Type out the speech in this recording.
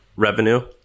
revenue